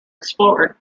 explored